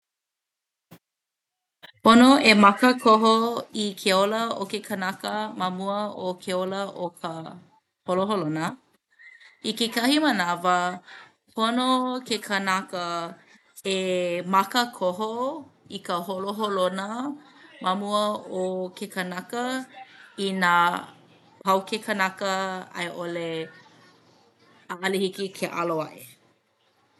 Pono e makakoho i ke ola o ke kanaka ma mua o ke ola o ka holoholona. I kekahi manawa, pono ke kanaka ke makakoho i ka holoholona ma mua o ke kanaka inā pau ke kanaka a i ʻole ʻaʻole hiki ke alo aʻe.